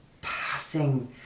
passing